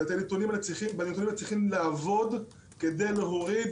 ובנתונים האלה צריך לעבוד כדי להוריד